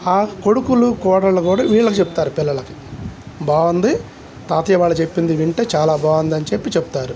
ఆ కొడుకులు కోడళ్ళు కూడా వీళ్ళు చెబుతారు పిల్లలకి బాగుంది తాతయ్య వాళ్ళ చెప్పింది వింటే చాలా బాగుందని చెప్పి చెబుతారు